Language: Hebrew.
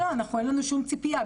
לא, לא, אין לנו שום ציפייה.